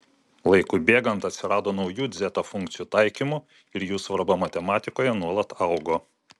laikui bėgant atsirado naujų dzeta funkcijų taikymų ir jų svarba matematikoje nuolat augo